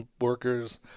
workers